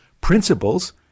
principles